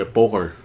poker